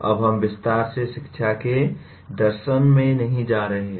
अब हम विस्तार से शिक्षा के दर्शन में नहीं जा रहे हैं